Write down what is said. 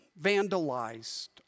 vandalized